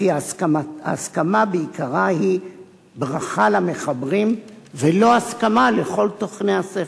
ושההסכמה בעיקרה היא ברכה למחברים ולא הסכמה לכל תוכני הספר.